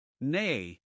Nay